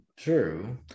true